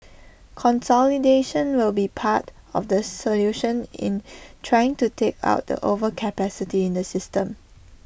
consolidation will be part of the solution in trying to take out the overcapacity in the system